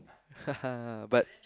but